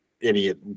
idiot